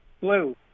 Blue